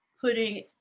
putting